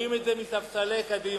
אומרים את זה מספסלי קדימה.